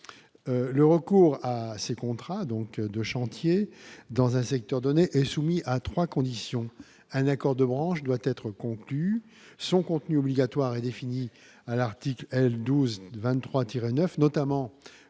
le recours à ces contrats donc de chantier dans un secteur donné est soumis à 3 conditions : un accord de branche doit être conclu son contenu obligatoire est défini à l'article L. 12 23 9 notamment